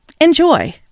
Enjoy